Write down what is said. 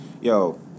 Yo